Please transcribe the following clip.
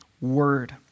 word